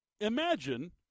imagine